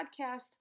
Podcast